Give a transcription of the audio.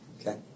Okay